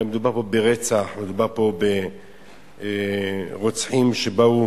הרי מדובר פה ברצח, מדובר פה ברוצחים שבאו